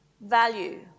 Value